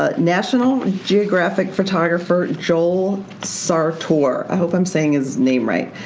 ah national geographic photographer joel sartore, i hope i'm saying his name right.